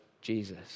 Jesus